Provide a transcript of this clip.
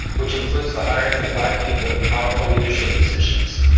which includes the hiring of black people in powerful leadership positions.